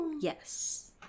Yes